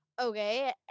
okay